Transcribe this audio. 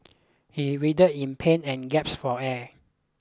he writhed in pain and gaps for air